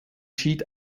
schied